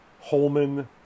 Holman